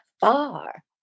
far